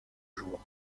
jour